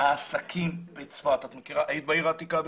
היית בעיר העתיקה בצפת?